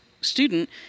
student